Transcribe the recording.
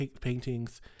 paintings